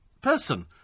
person